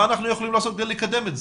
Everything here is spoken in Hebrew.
מה אנחנו יכולים לעשות כדי לקדם את זה?